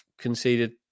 conceded